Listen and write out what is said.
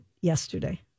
yesterday